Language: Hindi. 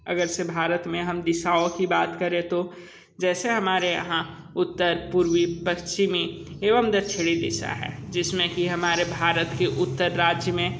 अगर जैसे भारत में हम दिशाओं की बात करे तो जैसे हमारे यहाँ उत्तर पूर्वी पश्चिमी एवं दक्षिणी दिशा है जिसमें कि हमारे भारत के उत्तर राज्य में